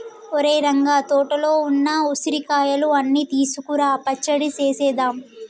ఒరేయ్ రంగ తోటలో ఉన్న ఉసిరికాయలు అన్ని కోసుకురా పచ్చడి సేసేద్దాం